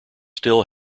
still